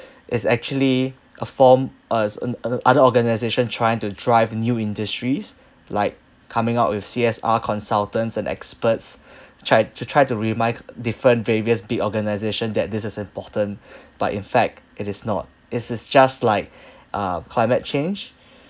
is actually a form as oth~ oth~ other organisation trying to drive new industries like coming out with C_S_R consultants and experts try to try to remind different various big organisation that this is important but in fact it is not is is just like uh climate change